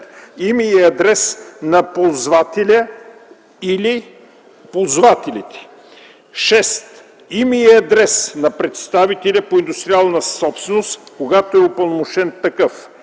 име и адрес на ползвателя/ползвателите; 6. име и адрес на представителя по индустриална собственост, когато е упълномощен такъв;